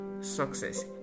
success